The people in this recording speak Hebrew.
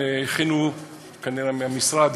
כנראה מהמשרד